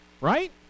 right